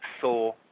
saw